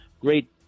great